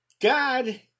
God